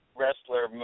wrestler